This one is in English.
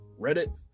Reddit